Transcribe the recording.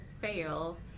fail